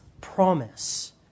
promise